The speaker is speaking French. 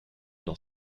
dans